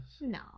No